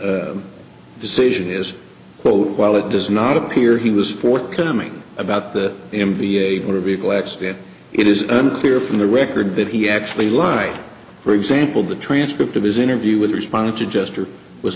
decision is quote while it does not appear he was forthcoming about the m v a motor vehicle accident it is unclear from the record that he actually lived for example the transcript of his interview with responding to jester was